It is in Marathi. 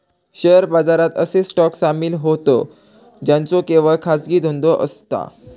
शेअर बाजारात असे स्टॉक सामील होतं ज्यांचो केवळ खाजगी धंदो असता